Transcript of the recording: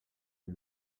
gli